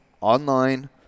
online